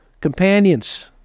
Companions